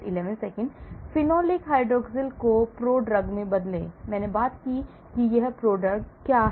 Phenolic hydroxyl को prodrug में बदलें मैंने बात की कि एक prodrug क्या है